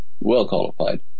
well-qualified